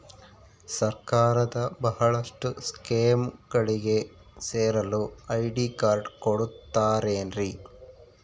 ಸರ್ಕಾರದ ಬಹಳಷ್ಟು ಸ್ಕೇಮುಗಳಿಗೆ ಸೇರಲು ಐ.ಡಿ ಕಾರ್ಡ್ ಕೊಡುತ್ತಾರೇನ್ರಿ?